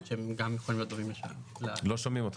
שהם גם יכולים --- לא שומעים אותך.